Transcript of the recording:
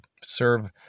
serve